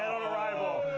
on arrival,